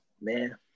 man